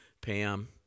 Pam